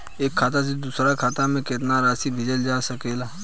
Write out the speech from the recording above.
एक खाता से दूसर खाता में केतना राशि भेजल जा सके ला?